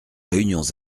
réunions